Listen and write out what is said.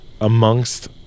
amongst